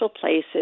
places